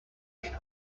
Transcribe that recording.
been